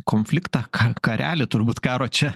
konfliktą ką karelį turbūt karo čia